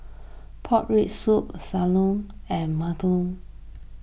Pork Rib Soup Sam Lau and Murtabak Lembu